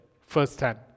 firsthand